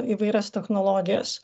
įvairias technologijas